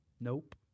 Nope